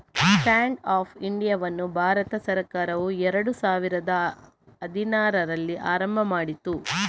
stand up ಇಂಡಿಯಾವನ್ನು ಭಾರತ ಸರ್ಕಾರವು ಎರಡು ಸಾವಿರದ ಹದಿನಾರರಲ್ಲಿ ಆರಂಭ ಮಾಡಿತು